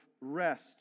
rest